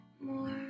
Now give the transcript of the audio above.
more